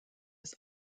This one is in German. des